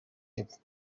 y’epfo